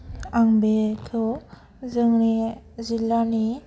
आं बेखौ जोंनि जिल्लानि